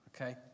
okay